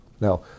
Now